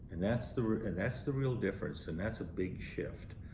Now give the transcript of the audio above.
and that's the route and that's the real difference and that's a big shift.